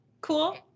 cool